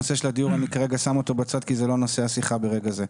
את הנושא של הדיור אני שם כרגע בצד כי זה לא נושא השיחה ברגע זה.